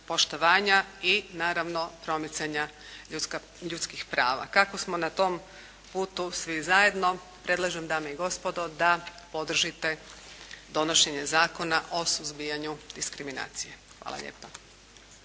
poštovanja i naravno promicanja ljudskih prava. Kako smo na tom putu svi zajedno, predlažem dame i gospodo da podržite donošenje Zakona o suzbijanju diskriminacije. Hvala lijepa.